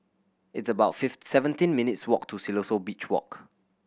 it's about seventeen minutes' walk to Siloso Beach Walk